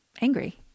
angry